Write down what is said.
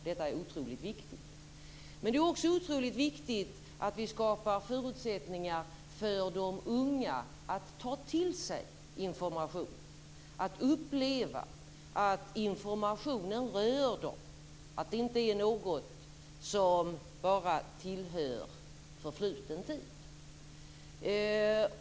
Detta är otroligt viktigt. Men det är också mycket viktigt att skapa förutsättningar för de unga att ta till sig information, att uppleva att informationen rör dem och att det inte är något som bara tillhör förfluten tid.